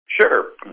Sure